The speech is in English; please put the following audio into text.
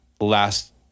last